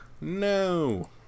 No